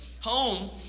Home